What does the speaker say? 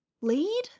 Lead